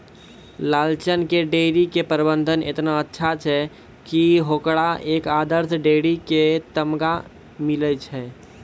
लालचन के डेयरी के प्रबंधन एतना अच्छा छै कि होकरा एक आदर्श डेयरी के तमगा मिललो छै